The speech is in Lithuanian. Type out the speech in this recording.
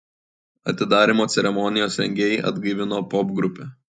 atidarymo ceremonijos rengėjai atgaivino popgrupę